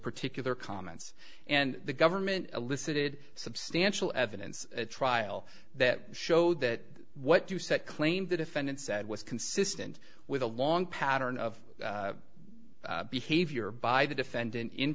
particular comments and the government elicited substantial evidence at trial that showed that what you said claimed the defendant said was consistent with a long pattern of behavior by the defendant in